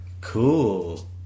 Cool